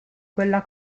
quella